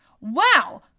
Wow